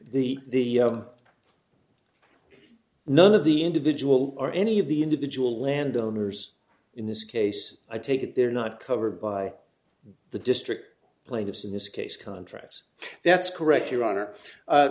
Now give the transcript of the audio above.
but the none of the individual or any of the individual landowners in this case i take it they're not covered by the district plaintiffs in this case contracts that's correct your honor